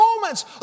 moments